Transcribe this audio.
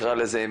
נקרא לזה,